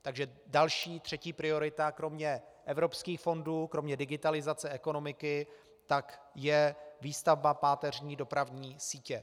Takže další, třetí priorita kromě evropských fondů, kromě digitalizace ekonomiky je výstavba páteřní dopravní sítě.